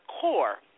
core